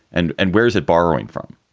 and and where's it borrowing from?